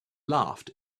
laughed